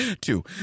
two